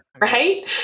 right